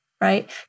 right